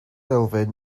elfyn